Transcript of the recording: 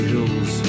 Hills